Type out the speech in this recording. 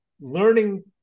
learning